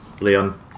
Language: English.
Leon